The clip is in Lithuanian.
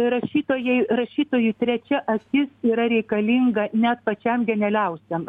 rašytojai rašytojų trečia akis yra reikalinga net pačiam genialiausiam